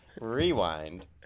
Rewind